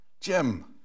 Jim